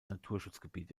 naturschutzgebiet